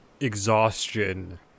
exhaustion